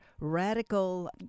radical